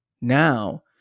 now